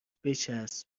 بچسب